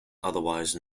otherwise